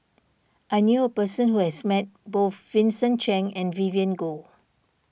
I knew a person who has met both Vincent Cheng and Vivien Goh